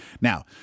Now